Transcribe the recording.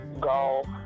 golf